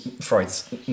Freud's